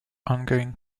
ongoing